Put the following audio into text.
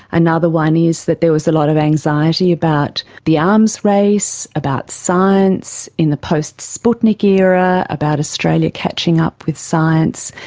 another one is that there was a lot of anxiety about the arms race, about science in the post-sputnik era, about australia catching up with science,